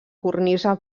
cornisa